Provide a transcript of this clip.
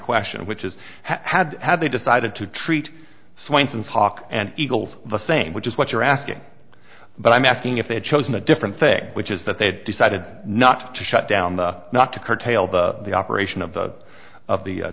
question which is had had they decided to treat swenson's hawk and eagle the same which is what you're asking but i'm asking if they had chosen a different thing which is that they decided not to shut down the not to curtail the operation of the of the